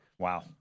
Wow